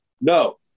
No